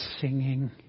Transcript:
singing